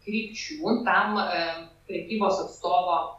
krypčių tam prekybos atstovo